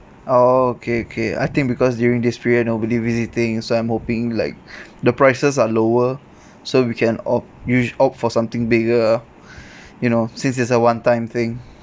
ah okay okay I think because during this period nobody visiting so I'm hoping like the prices are lower so we can opt usu~ opt for something bigger you know since this is a one time thing